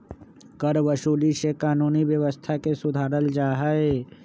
करवसूली से कानूनी व्यवस्था के सुधारल जाहई